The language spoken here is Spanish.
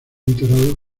enterrado